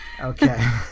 Okay